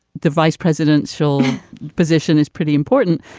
the vice presidential position is pretty important.